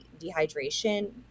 dehydration